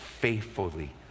faithfully